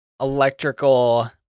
electrical